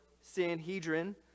Sanhedrin